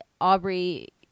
Aubrey